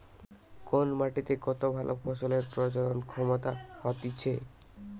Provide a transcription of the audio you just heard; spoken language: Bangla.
কোন মাটিতে কত ভালো ফসলের প্রজনন ক্ষমতা হতিছে